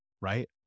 right